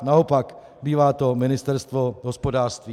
Naopak, bývá to Ministerstvo hospodářství.